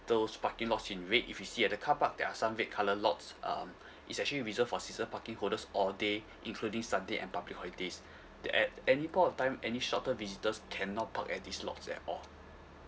those parking lots in red if you see at the car park there are some red colour lots um it's actually reserved for season parking holders all day including sunday and public holidays the at any point of time any short term visitors cannot park at these slots at all